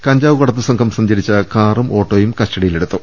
കഞ്ചാവ് കടത്തുസംഘം സഞ്ചരിച്ച കാറും ഓട്ടോയും കസ്റ്റഡിയിലെടുത്തു